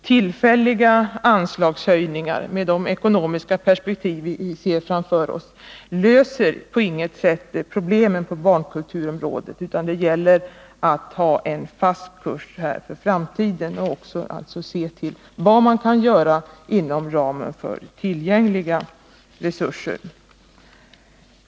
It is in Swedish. Tillfälliga anslagshöjningar — i det ekonomiska perspektiv vi ser framför oss — löser på inget sätt problemen på barnkulturområdet, utan det gäller här att ha en fast kurs för framtiden och även se till vad man kan göra inom ramen för tillgängliga resurser.